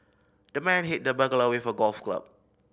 the man hit the burglar with a golf club